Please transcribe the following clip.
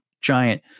giant